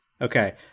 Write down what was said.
Okay